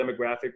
demographic